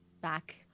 back